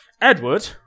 Edward